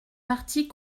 partie